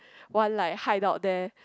one like hideout there